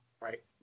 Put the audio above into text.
right